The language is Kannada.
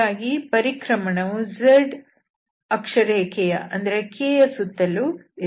ಹಾಗಾಗಿ ಪರಿಕ್ರಮಣವು z ಅಕ್ಷರೇಖೆಯ ಅಂದರೆ kಯಸುತ್ತಲೂ ಇರುತ್ತದೆ